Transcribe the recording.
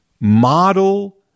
model